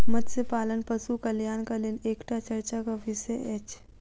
मत्स्य पालन पशु कल्याणक लेल एकटा चर्चाक विषय अछि